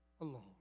alone